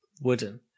Wooden